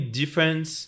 difference